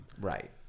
Right